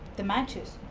the matches.